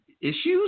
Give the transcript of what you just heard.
issues